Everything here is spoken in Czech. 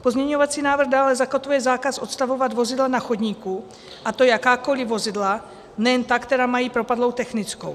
Pozměňovací návrh dále zakotvuje zákaz odstavovat vozidla na chodníku, a to jakákoliv vozidla, nejen ta, která mají propadlou technickou.